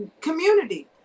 community